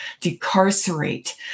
decarcerate